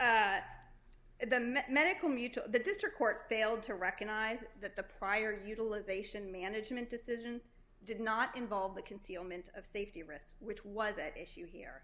met medical mutual the district court failed to recognize that the prior utilization management decisions did not involve the concealment of safety risk which was at issue here